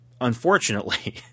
Unfortunately